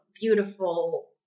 beautiful